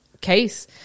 case